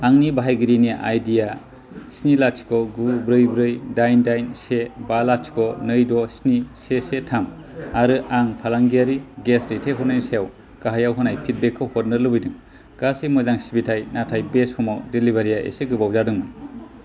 आंनि बाहायगिरिनि आइडि आ स्नि लाथिख गु ब्रै ब्रै दाइन दाइन से बा लाथिख नै द स्नि से से थाम आरो आं फालांगियारि गेस दैथायहरनायनि सायाव गाहायाव होनाय फिडबेकखौ हरनो लुबैदों गासै मोजां सिबिथाय नाथाय बे समाव डिलिभारि आ एसे गोबाव जादोंमोन